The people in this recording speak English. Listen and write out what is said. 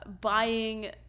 buying